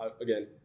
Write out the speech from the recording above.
again